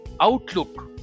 outlook